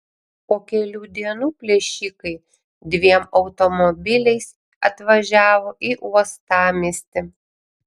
po kelių dienų plėšikai dviem automobiliais atvažiavo į uostamiestį